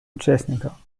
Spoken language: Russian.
участников